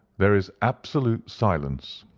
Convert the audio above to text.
there is absolute silence.